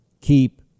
keep